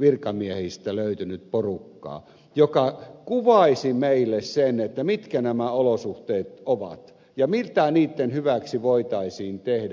virkamiehistä löytynyt porukkaa joka kuvaisi meille sen mitkä nämä olosuhteet ovat ja mitä niitten hyväksi voitaisiin tehdä